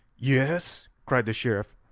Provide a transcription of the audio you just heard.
yes, cried the sheriff,